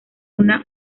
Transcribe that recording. una